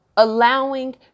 Allowing